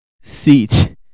seat